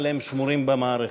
אבל הם שמורים במערכת,